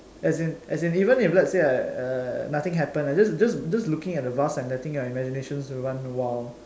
as in as in even if let's say I uh nothing happen just just just looking at the vase and letting your imaginations run wild